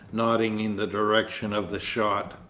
nodding in the direction of the shot.